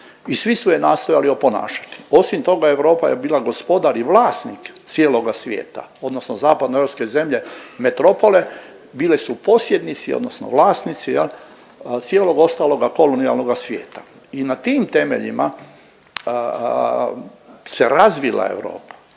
i svi su je nastojali oponašati. Osim toga Europa je bila gospodar i vlasnik cijeloga svijeta odnosno zapadnoeuropske zemlje metropole bile su posjednici odnosno vlasnici cijelog ostaloga kolonijalnoga svijeta i na tim temeljima se razvila Europa.